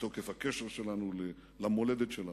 מתוקף הקשר שלנו למולדת שלנו.